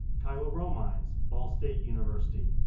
kyla romines, ball state university,